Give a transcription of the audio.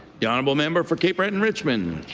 the honourable member for cape breton-richmond.